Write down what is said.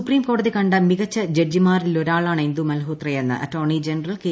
സുപ്രീംകോടതി കണ്ട മികച്ച ജഡ്ജിമാരിലൊരാളാണ് ഇന്ദു മൽഹോത്രയെന്ന് അറ്റോർണി ജനറൽ കെ